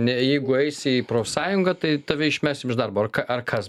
ne jeigu eisi į profsąjungą tai tave išmesim iš darbo ar ką ar kas